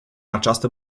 această